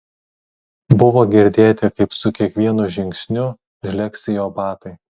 buvo girdėti kaip su kiekvienu žingsniu žlegsi jo batai